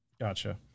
Gotcha